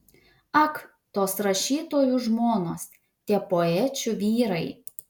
ak tos rašytojų žmonos tie poečių vyrai